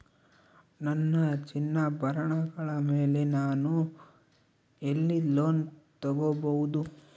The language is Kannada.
ನನ್ನ ಚಿನ್ನಾಭರಣಗಳ ಮೇಲೆ ನಾನು ಎಲ್ಲಿ ಲೋನ್ ತೊಗೊಬಹುದು?